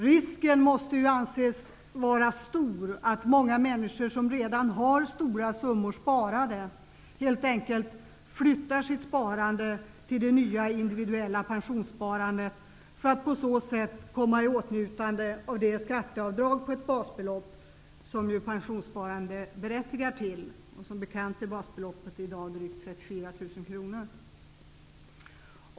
Risken måste anses vara stor att många människor som redan har stora summor sparade helt enkelt flyttar sitt sparande till det nya individuella pensionssparandet för att på så sätt komma i åtnjutande av det skatteavdrag om 1 basbelopp, som ju pensionssparandet berättigar till. Som bekant är 1 basbelopp i dag drygt 34 000 kr.